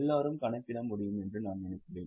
எல்லோரும் கணக்கிட முடியும் என்று நான் நினைக்கிறேன்